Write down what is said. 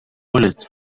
bullet